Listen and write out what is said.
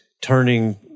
turning